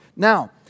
Now